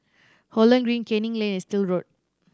Holland Green Canning Lane and Still Road